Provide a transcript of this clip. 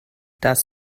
das